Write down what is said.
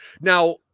Now